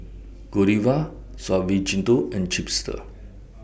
Godiva Suavecito and Chipster